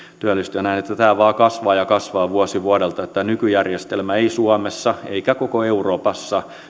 ja näin tämä vain kasvaa ja kasvaa vuosi vuodelta tämä nykyjärjestelmä ei suomessa eikä koko euroopassa